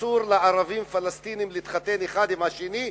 במפורש: אסור לערבים פלסטינים להתחתן אחד עם השני,